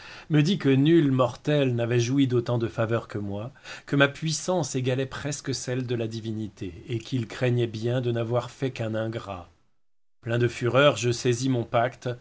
me dit que nul mortel n'avait joui d'autant de faveur que moi que ma puissance égalait presque celle de la divinité et qu'il craignait bien de n'avoir fait qu'un ingrat plein de fureur je saisis mon pacte